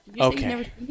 Okay